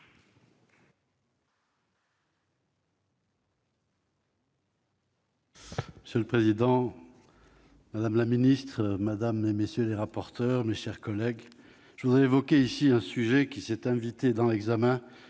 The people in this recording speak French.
Monsieur le président, madame la ministre, monsieur le ministre, mes chers collègues, je voudrais évoquer ici un sujet qui s'est invité dans l'examen